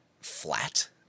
flat